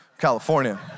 California